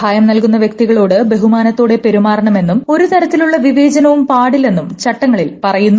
സഹായം നൽകുന്ന വ്യക്തികളോട് ബഹുമാനത്തോടെ പെരുമാറണമെന്നും തരത്തിലുള്ള ഒരു വിവേചനവും പാടില്ലെന്നും ചട്ടങ്ങളിൽ പറയുന്നു